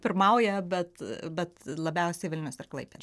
pirmauja bet bet labiausiai vilnius klaipėda